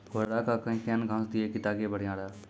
घोड़ा का केन घास दिए ताकि बढ़िया रहा?